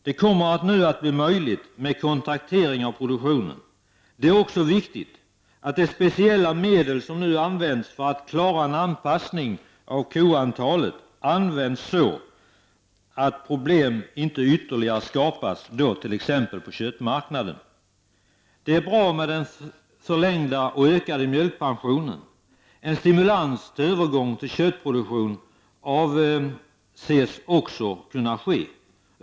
Det kommer nu att bli möjligt med kontraktering av produktionen. Det är också viktigt att de speciella medel som nu används för att klara en anpassning av antalet kor används så att inte ytterligare problem skapas, t.ex. på köttmarknaden. Det är bra med den förlängda och ökande mjölkpensionen. En stimulans för övergång till köttproduktion avses också kunna ske.